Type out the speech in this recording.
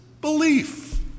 belief